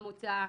מה מוצאה.